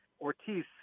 Ortiz